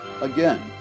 Again